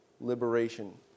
Liberation